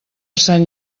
sant